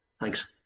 Thanks